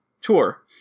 tour